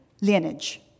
lineage